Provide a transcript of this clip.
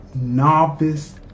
novice